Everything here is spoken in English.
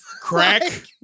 Crack